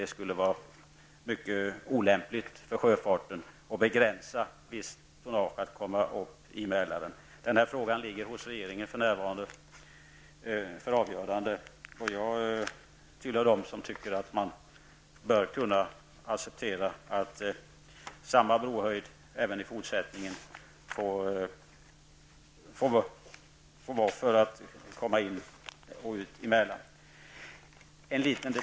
Det skulle vara mycket olämpligt för sjöfarten att begränsa för visst tonnage att komma in i Mälaren. Frågan ligger för närvarande hos regeringen för avgörande. Jag tillhör dem som tycker att man bör kunna acceptera att det skall vara samma brohöjd även i fortsättningen för att komma in i och ut ur Mälaren.